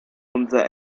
unser